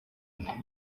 nti